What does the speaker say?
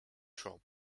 troll